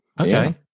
Okay